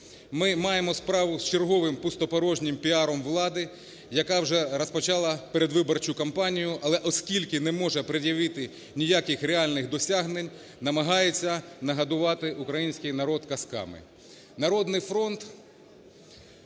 Ми маємо справу з черговим пустопорожнім піаром влади, яка вже розпочала передвиборчу кампанію. Але оскільки не може пред'явити ніяких реальних досягнень, намагається нагодувати український народ казками.